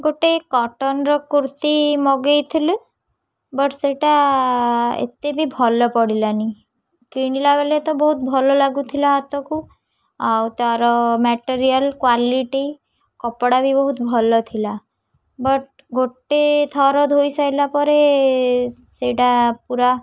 ଗୋଟେ କଟନ୍ର କୁର୍ତ୍ତୀ ମଗେଇଥିଲି ବଟ୍ ସେଇଟା ଏତେ ବି ଭଲ ପଡ଼ିଲାନି କିଣିଲା ବେଳେ ତ ବହୁତ ଭଲ ଲାଗୁଥିଲା ହାତକୁ ଆଉ ତାର ମେଟେରିଆଲ୍ କ୍ଵାଲିଟି କପଡ଼ା ବି ବହୁତ ଭଲ ଥିଲା ବଟ୍ ଗୋଟେଥର ଧୋଇ ସାଇଲାପରେ ସେଇଟା ପୁରା